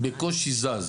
בקושי זז.